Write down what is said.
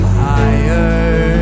higher